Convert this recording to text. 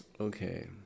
Okay